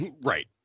Right